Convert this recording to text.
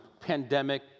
pandemic